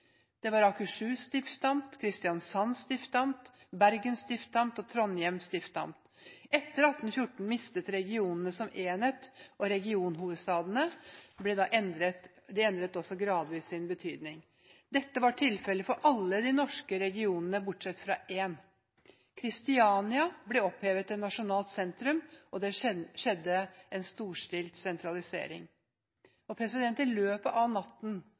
Det var Akershus stiftamt, Christiansand stiftamt, Bergen stiftamt, og Trondhjem stiftamt. Etter 1814 mistet vi regionene som enhet, og regionhovedstedene fikk da også gradvis endret sin betydning. Dette var tilfellet for alle de norske regionene bortsett fra én: Christiania ble opphevet til nasjonalt sentrum, og det skjedde en storstilt sentralisering. I løpet av natten